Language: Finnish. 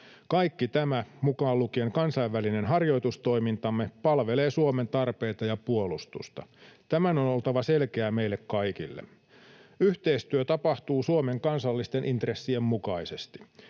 Kaikki tämä, mukaan lukien kansainvälinen harjoitustoimintamme, palvelee Suomen tarpeita ja puolustusta. Tämän on oltava selkeää meille kaikille. Yhteistyö tapahtuu Suomen kansallisten intressien mukaisesti.